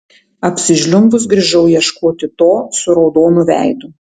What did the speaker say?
apsižliumbus grįžau ieškoti to su raudonu veidu